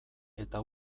eta